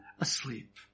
asleep